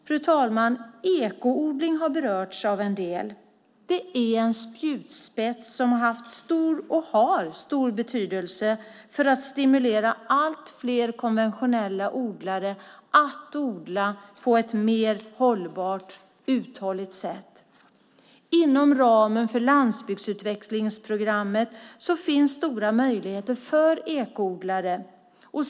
Fru ålderspresident! Ekoodling har berörts av en del. Det är en spjutspets som har haft och har stor betydelse för att stimulera allt fler konventionella odlare att odla på ett mer hållbart och uthålligt sätt. Inom ramen för landsbygdsutvecklingsprogrammet finns stora möjligheter för ekoodlare.